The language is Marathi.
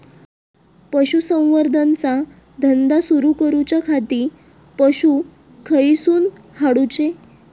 पशुसंवर्धन चा धंदा सुरू करूच्या खाती पशू खईसून हाडूचे?